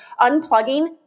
unplugging